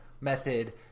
method